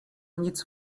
nic